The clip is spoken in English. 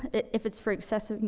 but if it's for access ah,